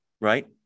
right